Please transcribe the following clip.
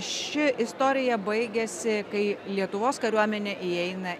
ši istorija baigiasi kai lietuvos kariuomenė įeina